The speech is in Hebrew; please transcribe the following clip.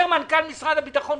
אומר מנכ"ל משרד הביטחון: